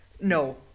no